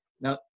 Now